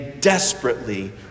desperately